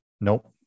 Nope